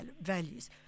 values